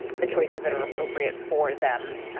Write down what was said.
the choices that are appropriate for them,